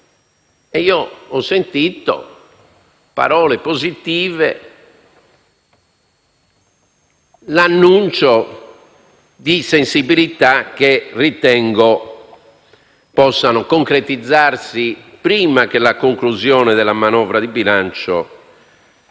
Io ho sentito parole positive, l'annuncio di sensibilità che ritengo possano concretizzarsi prima della conclusione dell'esame della manovra di bilancio.